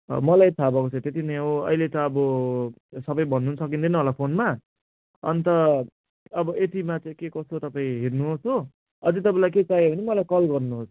मलाई थाहा भएको चाहिँ त्यति नै हो अहिले त अब सबै भन्नु पनि सकिँदैन होला फोनमा अन्त अब यतिमा चाहिँ के कसो तपाईँ हेर्नुहोस् हो अझै तपाईँलाई केही चाहियो भने मलाई कल गर्नुहोस्